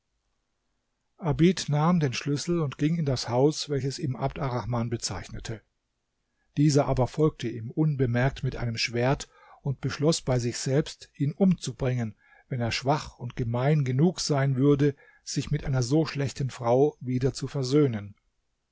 abid nahm den schlüssel und ging in das haus welches ihm abd arrahman bezeichnete dieser aber folgte ihm unbemerkt mit einem schwert und beschloß bei sich selbst ihn umzubringen wenn er schwach und gemein genug sein würde sich mit einer so schlechten frau wieder zu versöhnen